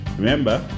Remember